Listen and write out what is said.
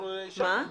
אנחנו אישרנו.